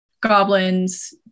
goblins